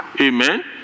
Amen